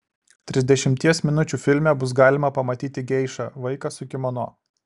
trisdešimties minučių filme bus galima pamatyti geišą vaiką su kimono